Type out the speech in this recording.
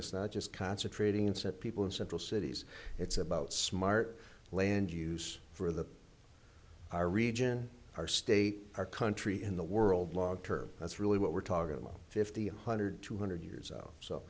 it's not just concentrating instead people in central cities it's about smart land use for the our region our state our country in the world long term that's really what we're talking about fifty one hundred two hundred years out so